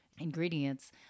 ingredients